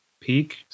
peak